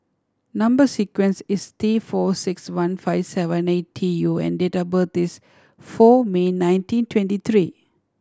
number sequence is T four six one five seven eight T U and date of birth is four May nineteen twenty three